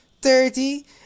Thirty